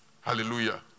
Hallelujah